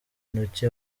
intoki